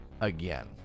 again